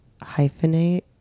hyphenate